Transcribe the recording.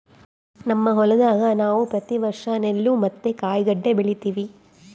ನಮ್ಮ ಹೊಲದಾಗ ನಾವು ಪ್ರತಿ ವರ್ಷ ನೆಲ್ಲು ಮತ್ತೆ ಕಾಯಿಗಡ್ಡೆ ಬೆಳಿತಿವಿ